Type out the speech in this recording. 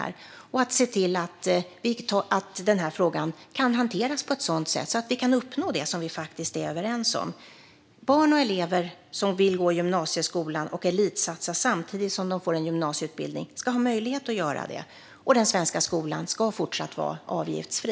Jag kommer att se till att frågan hanteras på ett sådant sätt att vi kan uppnå det vi är överens om. Barn och elever som vill gå i gymnasieskolan och som vill elitsatsa samtidigt som de får en gymnasieutbildning ska ha möjlighet att göra det. Och den svenska skolan ska även i fortsättningen vara avgiftsfri.